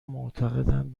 معتقدند